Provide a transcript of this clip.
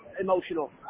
Emotional